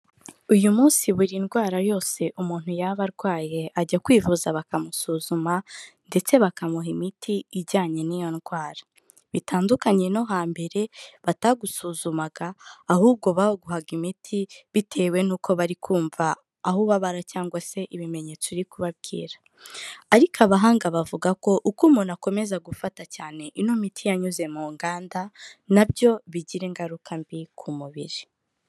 Uyu munsi buri ndwara yose umuntu yaba arwaye ajya kwivuza bakamusuzuma, ndetse bakamuha imiti ijyanye n'iyo ndwara, bitandukanye no hambere batagusuzumaga ahubwo baguhaga imiti bitewe n'uko bari kumva aho ubabara cyangwa se ibimenyetso uri kubabwira, ariko abahanga bavuga ko uko umuntu akomeza gufata cyane ino miti yanyuze mu nganda nabyo bigira ingaruka mbi ku mubiri.